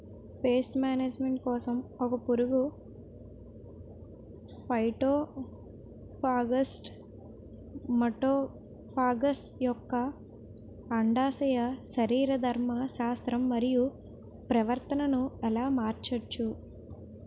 Paste management కోసం ఒక పురుగు ఫైటోఫాగస్హె మటోఫాగస్ యెక్క అండాశయ శరీరధర్మ శాస్త్రం మరియు ప్రవర్తనను ఎలా మార్చచ్చు?